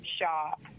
shop